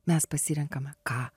mes pasirenkame ką